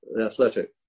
Athletic